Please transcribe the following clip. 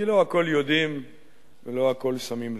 כי לא הכול יודעים ולא הכול שמים לב.